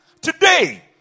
Today